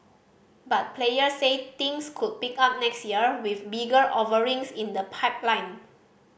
but players say things could pick up next year with bigger offerings in the pipeline